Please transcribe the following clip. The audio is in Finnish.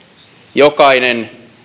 jokainen